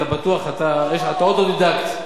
אתה אוטודידקט.